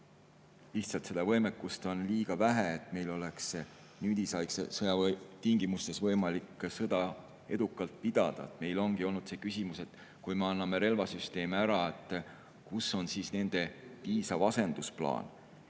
Lihtsalt seda võimekust on liiga vähe, et meil oleks nüüdisaegse sõja tingimustes võimalik sõda edukalt pidada. Meil ongi olnud see küsimus, et kui me anname relvasüsteeme ära, siis kus on nende piisav asendamise plaan.